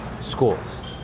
schools